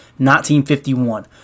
1951